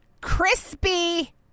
crispy